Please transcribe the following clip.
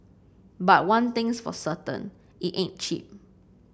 but one thing's for certain it ain't cheap